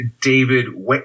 David